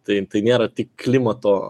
tai tai nėra tik klimato